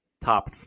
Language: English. top